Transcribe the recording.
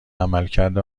عملکرد